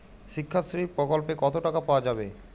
শিক্ষাশ্রী প্রকল্পে কতো টাকা পাওয়া যাবে?